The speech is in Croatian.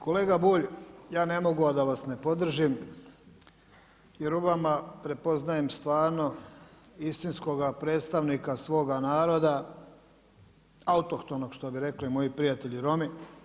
Kolega Bulj, ja ne mogu, a da vas ne podržim jer u vama prepoznajem stvarno istinskoga predstavnika svoga naroda, autohtonog što bi rekli moji prijatelji Romi.